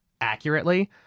accurately